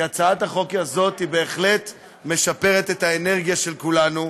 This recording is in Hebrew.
כי הצעת החוק הזאת בהחלט משפרת את האנרגיה של כולנו.